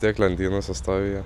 tiek lentynose stovi jie